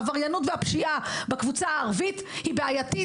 העבריינות בחברה הערבית היא בעייתית.